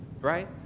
right